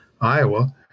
iowa